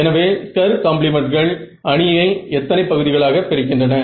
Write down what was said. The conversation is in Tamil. எனவே ஸ்கர் காம்ப்ளிமெண்ட்கள் அணியை எத்தனை பகுதிகளாக பிரிக்கின்றன